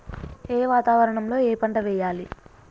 ఏ వాతావరణం లో ఏ పంట వెయ్యాలి?